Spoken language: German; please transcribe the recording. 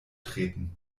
treten